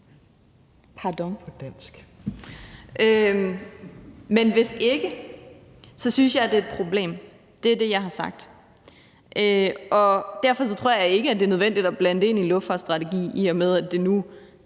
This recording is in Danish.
pardon – men hvis ikke, synes jeg, det er et problem. Det er det, jeg har sagt. Og derfor tror jeg ikke, det er nødvendigt at blande det ind i en luftfartsstrategi, i og med at det nu